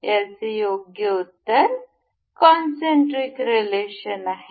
याचे योग्य उत्तर कोनसेंटरिक रिलेशन आहे